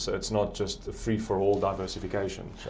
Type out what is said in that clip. so it's not just a free for all diversification.